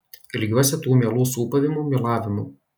ilgiuosi tų mielų sūpavimų mylavimų